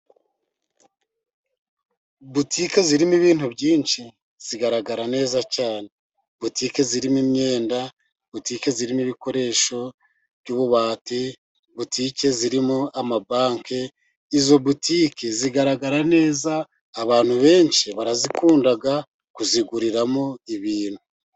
Butike zirimo ibintu byinshi, zigaragara neza cyane. Butike zirimo imyenda, Butike zirimo ibikoresho by'ububati, butike zirimo amabanki, izo butike zigaragara neza, abantu benshi barazikunda kuziguriramo ibintu.